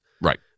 right